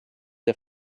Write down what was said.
der